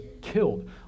killed